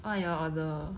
what you all order